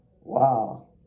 Wow